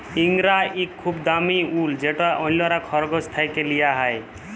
ইঙ্গরা ইক খুব দামি উল যেট অল্যরা খরগোশ থ্যাকে লিয়া হ্যয়